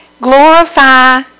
Glorify